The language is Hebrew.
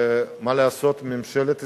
מה לעשות, ממשלת ישראל,